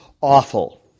awful